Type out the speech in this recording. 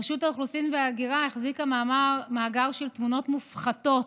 רשות האוכלוסין וההגירה החזיקה מאגר של תמונות מופחתות,